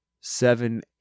seven